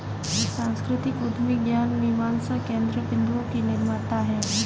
सांस्कृतिक उद्यमी ज्ञान मीमांसा केन्द्र बिन्दुओं के निर्माता हैं